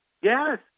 Yes